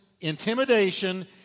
intimidation